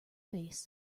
face